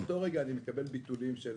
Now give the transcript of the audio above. כי באותו רגע אני מקבל ביטולים של